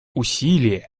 усилия